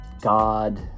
God